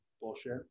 bullshit